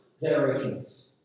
generations